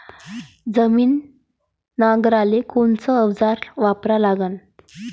जमीन नांगराले कोनचं अवजार वापरा लागन?